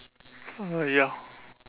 uh ya